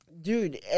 Dude